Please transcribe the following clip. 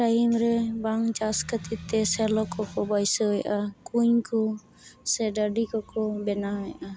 time ᱨᱮ ᱵᱟᱝ ᱪᱟᱥ ᱠᱷᱟᱹᱛᱤᱨ ᱛᱮ ᱥᱮᱞᱚ ᱠᱚᱠᱚ ᱵᱟᱹᱭᱥᱟᱹᱣᱮᱫᱼᱟ ᱠᱩᱧ ᱠᱚ ᱰᱟᱹᱰᱤ ᱠᱚᱠᱚ ᱵᱮᱱᱟᱣᱮᱫᱼᱟ